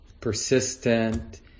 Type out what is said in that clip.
persistent